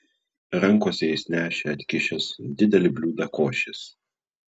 rankose jis nešė atkišęs didelį bliūdą košės